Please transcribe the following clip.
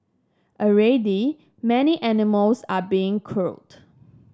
already many animals are being culled